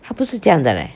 他不是这样的 leh